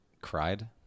cried